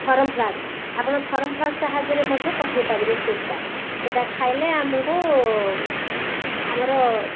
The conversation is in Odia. ଥର୍ମୋଫ୍ଲାସ୍କ୍ ଆପଣ ଥର୍ମୋଫ୍ଲାସ୍କ୍ ସାହାଯ୍ୟରେ ମଧ୍ୟ ପଠେଇ ପାରିବେ ସୁପ୍ଟା ସେଟା ଖାଇଲେ ଆମକୁ ଆମର